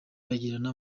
bagirana